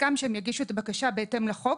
הוסכם שהם יגישו את הבקשה בהתאם לחוק,